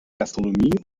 gastronomie